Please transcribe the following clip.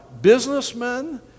businessmen